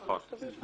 נכון.